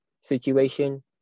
situation